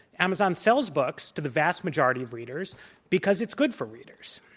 amazon sells books to the vast majority of readers because it's good for readers.